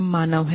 हम मानव हैं